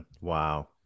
Wow